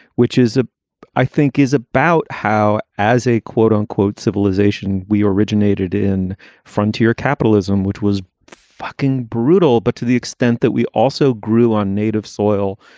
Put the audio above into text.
which is a i think is about how as a quote unquote, civilization, we originated in frontier capitalism, which was fucking brutal. but to the extent that we also grew on native soil,